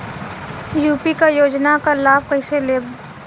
UP क योजना क लाभ कइसे लेब?